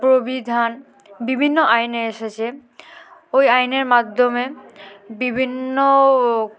প্রবিধান বিভিন্ন আইন এসেছে ওই আইনের মাধ্যমে বিভিন্ন